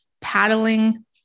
paddling